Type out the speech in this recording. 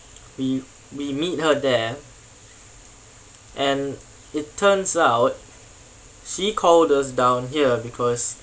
we we meet her there and it turns out she called us down here because